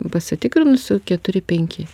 pasitikrinusių keturi penki